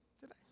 today